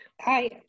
Hi